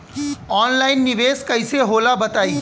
Online निवेस कइसे होला बताईं?